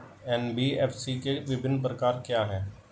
NBFC के विभिन्न प्रकार क्या हैं?